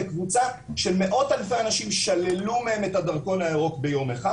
קבוצה של מאות אלפי אנשים שללו מהם את הדרכון הירוק ביום אחד,